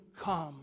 come